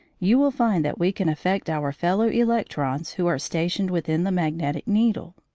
you will find that we can affect our fellow-electrons who are stationed within the magnetic needle.